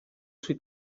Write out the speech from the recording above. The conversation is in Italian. sui